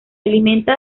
alimenta